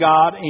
God